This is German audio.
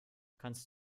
kannst